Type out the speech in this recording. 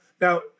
now